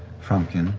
frumpkin